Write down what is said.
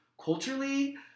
culturally